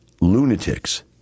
lunatics